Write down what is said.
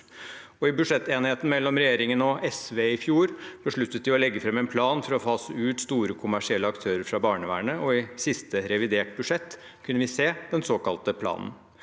I budsjettenigheten mellom regjeringen og SV i fjor besluttet de å legge fram en plan for å fase ut store kommersielle aktører fra barnevernet, og i siste reviderte budsjett kunne vi se den såkalte planen.